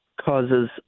causes